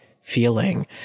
feeling